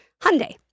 Hyundai